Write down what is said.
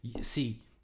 see